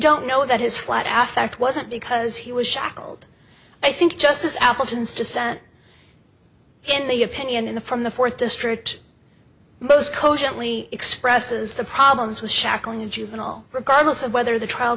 don't know that his flat africa wasn't because he was shackled i think justice appleton's just sent in the opinion in the from the fourth district most cogently expresses the problems with shackling a juvenile regardless of whether the trial